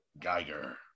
geiger